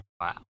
Wow